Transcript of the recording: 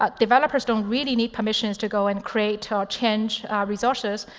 ah developers don't really need permissions to go and create or change resources.